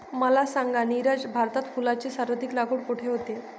मला सांगा नीरज, भारतात फुलांची सर्वाधिक लागवड कुठे होते?